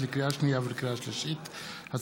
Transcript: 54 בעד, אין מתנגדים, אין נמנעים.